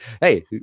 Hey